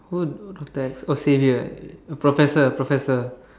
who that's oh saviour professor professor